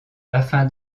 afin